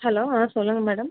hello ஆ சொல்லுங்கள் madam